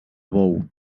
bou